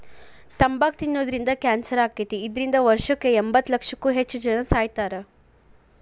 ತಂಬಾಕ್ ತಿನ್ನೋದ್ರಿಂದ ಕ್ಯಾನ್ಸರ್ ಆಕ್ಕೇತಿ, ಇದ್ರಿಂದ ವರ್ಷಕ್ಕ ಎಂಬತ್ತಲಕ್ಷಕ್ಕೂ ಹೆಚ್ಚ್ ಜನಾ ಸಾಯಾಕತ್ತಾರ